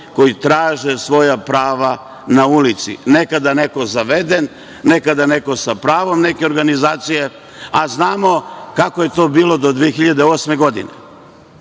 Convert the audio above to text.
koji traže svoja prava na ulici, nekada neko zaveden, nekada neko sa pravom, neke organizacije, a znamo kako je to bilo do 2008. godine,